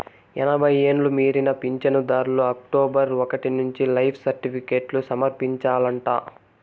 ఎనభై ఎండ్లు మీరిన పించనుదార్లు అక్టోబరు ఒకటి నుంచి లైఫ్ సర్టిఫికేట్లు సమర్పించాలంట